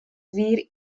wir